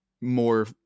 more